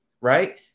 right